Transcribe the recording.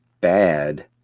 bad